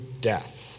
death